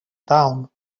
town